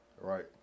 right